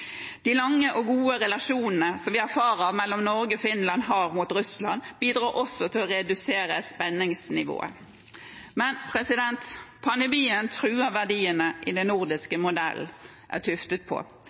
De lange og gode relasjonene som vi erfarer at Norge og Finland har mot Russland, bidrar også til å redusere spenningsnivået. Men pandemien truer verdiene den nordiske modellen er tuftet på.